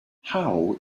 how